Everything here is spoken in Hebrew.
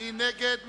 מי נגד?